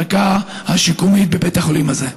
המחלקה השיקומית בבית החולים הזה.